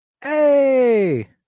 hey